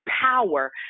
power